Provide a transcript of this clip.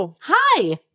Hi